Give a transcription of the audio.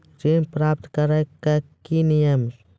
ऋण प्राप्त करने कख नियम?